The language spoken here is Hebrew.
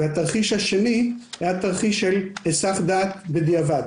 והתרחיש השני היה תרחיש של הסח דעת בדיעבד,